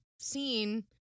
seen